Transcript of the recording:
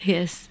Yes